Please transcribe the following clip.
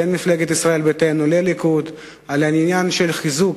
בין מפלגת ישראל ביתנו לליכוד, בעניין חיזוק